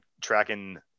tracking